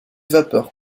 vapeurs